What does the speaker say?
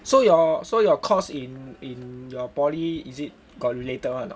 so your so your course in in your poly is it got related [one] or not